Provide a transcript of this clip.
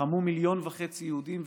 לחמו מיליון וחצי יהודים,